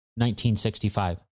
1965